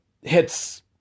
Hits